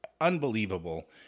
unbelievable